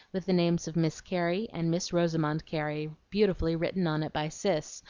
with the names of miss carey and miss rosamond carey beautifully written on it by cis,